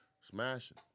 smashing